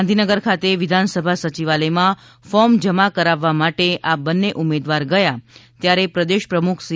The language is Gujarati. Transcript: ગાંધીનગર ખાતે વિધાનસભા સચિવાલયમાં ફોર્મ જમા કરવવા માટે આ બંને ઉમેદવાર ગયા ત્યારે પ્રદેશ પ્રમુખ સી